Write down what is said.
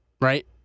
Right